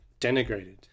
denigrated